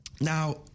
Now